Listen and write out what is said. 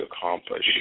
accomplish